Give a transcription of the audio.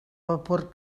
vapor